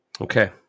Okay